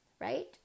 right